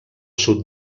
sud